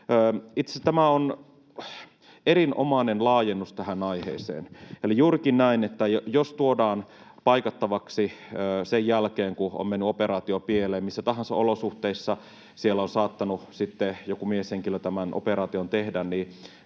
Itse asiassa tämä on erinomainen laajennus tähän aiheeseen, eli juurikin näin, että jos tuodaan paikattavaksi sen jälkeen, kun on mennyt operaatio pieleen missä tahansa olosuhteissa — siellä on saattanut sitten joku mieshenkilö tämän operaation tehdä — niin